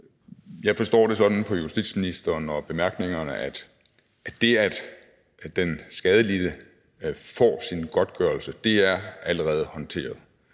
Jeg forstår det sådan på justitsministeren og bemærkningerne, at det, at den skadelidte får sin godtgørelse, allerede er håndteret.